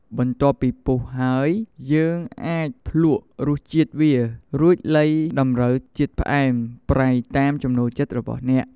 បន្ទាប់ពីពុះហើយ យើងអាចភ្លក្សរសជាតិវា រួចលៃតម្រូវជាតិផ្អែមប្រៃតាមចំណូលចិត្តរបស់អ្នក។